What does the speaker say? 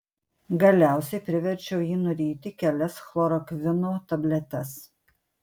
galiausiai priverčiau jį nuryti kelias chlorokvino tabletes